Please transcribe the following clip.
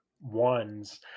ones